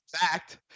fact